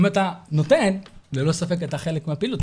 אם אתה נותן - ללא ספק אתה חלק מהפעילות.